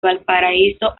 valparaíso